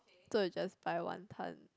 so I just buy wanton